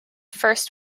first